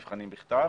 מבחנים בכתב